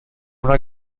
una